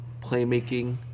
playmaking